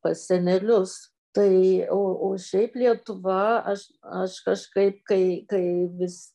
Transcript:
pas senelius tai o o šiaip lietuva aš aš kažkaip kai kai vis